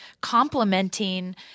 complementing